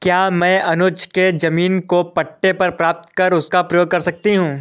क्या मैं अनुज के जमीन को पट्टे पर प्राप्त कर उसका प्रयोग कर सकती हूं?